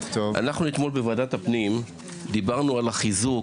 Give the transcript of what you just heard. אנחנו אתמול בוועדת הפנים דיברנו על החיזוק